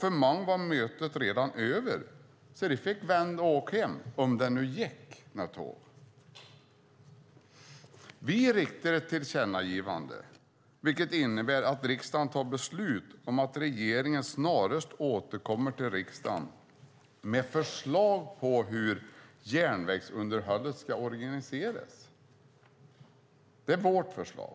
För många var mötet redan över, så de fick vända och åka hem - om det nu gick något tåg. Vi riktar ett tillkännagivande, vilket innebär att riksdagen fattar beslut om att regeringen snarast bör återkomma till riksdagen med förslag på hur järnvägsunderhållet ska organiseras. Det är vårt förslag.